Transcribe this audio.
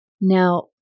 Now